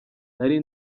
nari